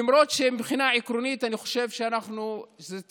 מבחינה עקרונית אני חושב שזו טעות,